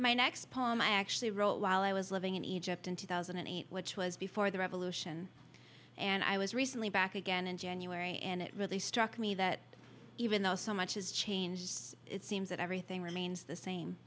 my next poem i actually wrote while i was living in egypt in two thousand and eight which was before the revolution and i was recently back again in january and it really struck me that even though so much has changed it seems that everything remains the same